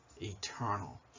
eternal